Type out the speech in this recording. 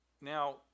Now